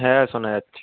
হ্যাঁ শোনা যাচ্ছে